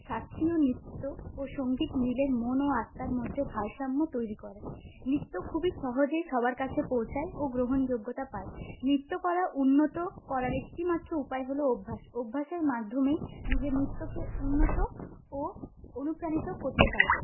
শাস্ত্রীয় নৃত্য ও সঙ্গীত মিলে মন ও আত্মার মধ্যে ভারসাম্য তৈরি করে নৃত্য খুবই সহজেই সবার কাছে পৌঁছায় ও গ্রহণযোগ্যতা পায় নৃত্য করা উন্নত করার একটি মাত্র উপায় হল অভ্যাস অভ্যাসের মাধ্যমেই নিজের নৃত্যকে উন্নত ও অনুপ্রাণিত করতে